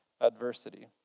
adversity